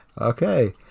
okay